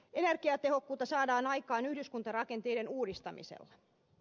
energiatehokkuutta saadaan aikaan yhdyskuntarakenteiden uudistamisella